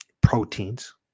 proteins